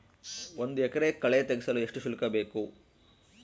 ಒಂದು ಎಕರೆ ಕಳೆ ತೆಗೆಸಲು ಎಷ್ಟು ಶುಲ್ಕ ಬೇಕು?